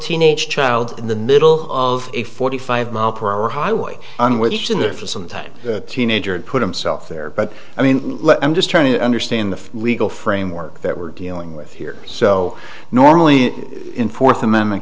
teenage child in the middle of a forty five mile per hour highway unwished in there for some time the teenager had put himself there but i mean let i'm just trying to understand the legal framework that we're dealing with here so normally in fourth amendment